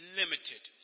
limited